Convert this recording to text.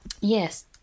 Yes